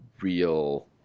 real